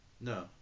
No